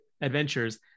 adventures